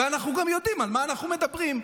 ואנחנו גם יודעים על מה אנחנו מדברים.